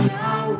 now